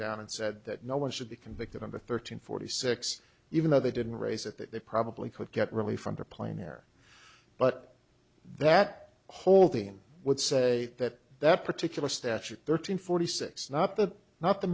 down and said that no one should be convicted of a thirteen forty six even though they didn't raise it that they probably could get relief from the plane there but that whole thing would say that that particular statute thirteen forty six not the not the